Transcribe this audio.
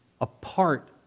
apart